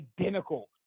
identical